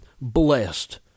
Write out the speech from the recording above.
blessed